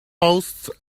post